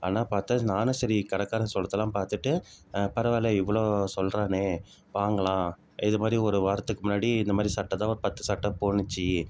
ஆனால் பார்த்தா நானும் சரி கடைக்காரன் சொல்கிறதெல்லாம் பார்த்துட்டு பரவாயில்லை இவ்வளோ சொல்கிறானே வாங்கலாம் இதுமாதிரி ஒரு வாரத்துக்கு முன்னாடி இந்தமாதிரி சட்டை தான் ஒரு பத்து சட்டை போச்சி